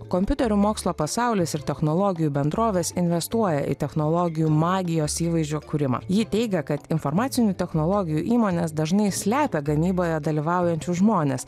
kompiuterių mokslo pasaulis ir technologijų bendrovės investuoja į technologijų magijos įvaizdžio kūrimą ji teigia kad informacinių technologijų įmonės dažnai slepia gamyboje dalyvaujančius žmones